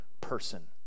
person